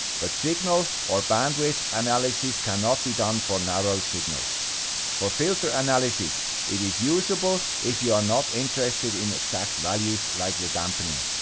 but signal or bandwidth analysis cannot be done for narrow signals for filter analysis, it is usable if you are not interested in exact values like the dampening.